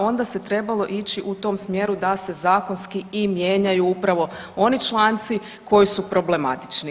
Onda se trebalo ići u tom smjeru da se zakonski i mijenjaju upravo oni članci koji su problematični.